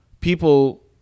people